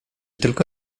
tylko